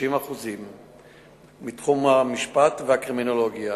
30% מתחום המשפט והקרימינולוגיה.